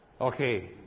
Okay